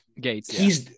Gates